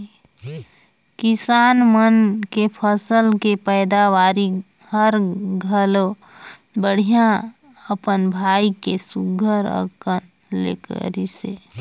किसान मन के फसल के पैदावरी हर घलो बड़िहा अपन भाई के सुग्घर अकन ले करिसे